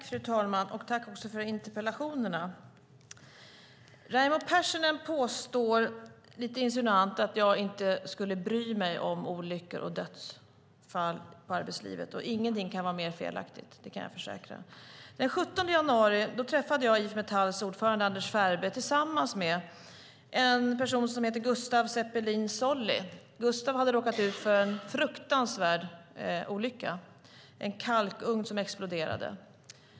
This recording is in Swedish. Fru talman! Raimo Pärssinen påstår lite insinuant att jag inte skulle bry mig om olyckor och dödsfall i arbetslivet. Ingenting kan vara mer felaktigt, det kan jag försäkra. Den 17 januari träffade jag IF Metalls ordförande Anders Ferbe och en person som heter Gustaf Seppelin Solli. Gustaf hade råkat ut för en fruktansvärd olycka då en kalkugn exploderade.